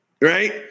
Right